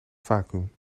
vacuüm